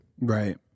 Right